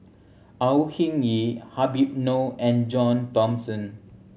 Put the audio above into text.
Au Hing Yee Habib Noh and John Thomson